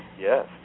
Yes